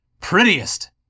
prettiest